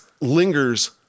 lingers